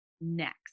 next